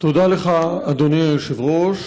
תודה לך, אדוני היושב-ראש.